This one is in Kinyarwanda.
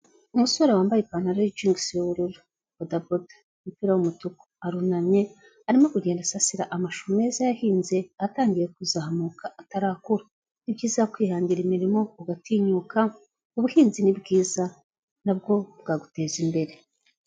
Umusore wambaye ipantaro y'ijingisi y'ubururu bodaboda umupira w'umutuku, arunamye arimo kugenda asasira amashu meza yahinze, atangiye kuzamuka atarakura. Ni byiza kwihangira imirimo ugatinyuka, ubuhinzi ni bwiza na bwo bwaguteza imbere.